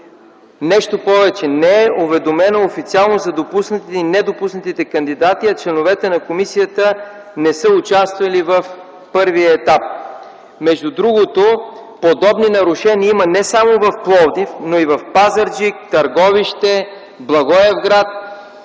Нещо повече, не е уведомено официално за допуснатите и недопуснатите кандидати, а членовете на комисията не са участвали в първия етап. Между другото, подобни нарушения има не само в Пловдив, но и в Пазарджик, Търговище, Благоевград